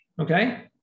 okay